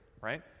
right